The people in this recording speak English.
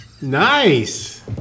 Nice